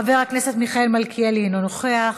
חבר הכנסת מיכאל מלכיאלי, אינו נוכח,